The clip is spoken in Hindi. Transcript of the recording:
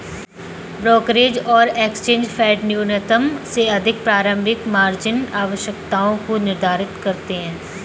ब्रोकरेज और एक्सचेंज फेडन्यूनतम से अधिक प्रारंभिक मार्जिन आवश्यकताओं को निर्धारित करते हैं